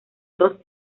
dos